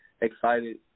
excited